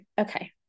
okay